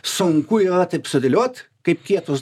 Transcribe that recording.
sunku yra taip sudėliot kaip kietus